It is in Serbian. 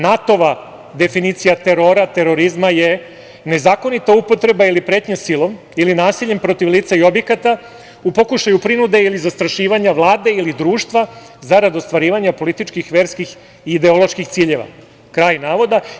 NATO-va definicija terorizma je „Nezakonita upotreba ili pretnja silom ili nasiljem protiv lica ili objekata u pokušaju prinude ili zastrašivanja vlade ili društva zarad ostvarivanja političkih, verskih i ideoloških ciljeva“, kraj navoda.